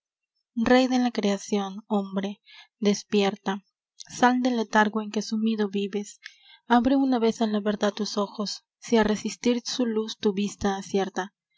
rey de la creacion hombre despierta sál del letargo en que sumido vives abre una vez á la verdad tus ojos si á resistir su luz tu vista acierta